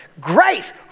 Grace